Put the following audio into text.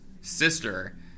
sister